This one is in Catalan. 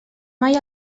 mai